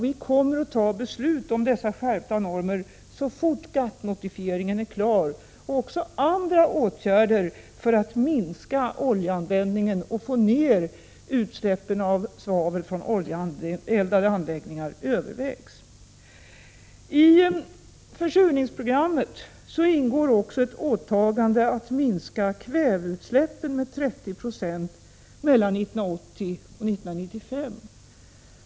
Vi kommer att ta beslut om dessa skärpta normer så fort GATT-notifieringen är klar. Även andra åtgärder för att minska oljeanvändningen och få ned utsläppen av svavel från oljeeldade anläggningar övervägs. I försurningsprogrammet ingår också ett åtagande att minska kväveutsläppen med 30 26 mellan 1980 och 1995.